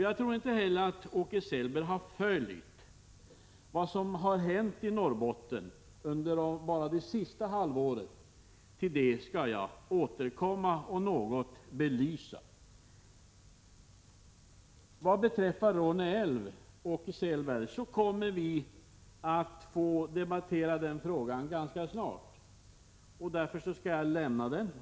Jag tror inte heller att Åke Selberg har följt vad som har hänt i Norrbotten enbart under det senaste halvåret — jag skall återkomma till och något belysa detta senare. Vad beträffar Råneälv kommer vi att debattera den frågan ganska snart, och därför skall jag lämna den.